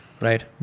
Right